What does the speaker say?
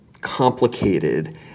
complicated